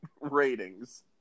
ratings